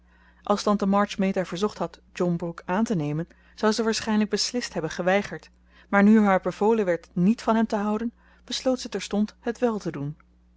als tante march meta verzocht had john brooke aan te nemen zou ze waarschijnlijk beslist hebben geweigerd maar nu haar bevolen werd niet van hem te houden besloot zij terstond het wél te doen